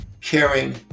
caring